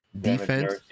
Defense